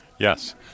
Yes